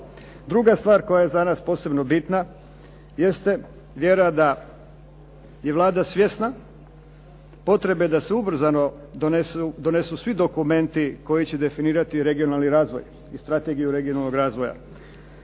Druga stvar koja je za nas posebno bitna jeste vjera da je Vlada svjesna potrebe da se ubrzano donesu svi dokumenti koji će definirati regionalni razvoj i strategiju regionalnog razvoja.